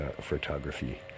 photography